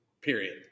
Period